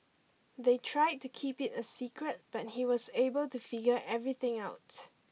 they tried to keep it a secret but he was able to figure everything out